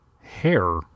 hair